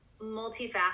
multifaceted